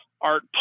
art